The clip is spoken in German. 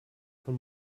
von